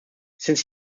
since